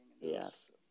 Yes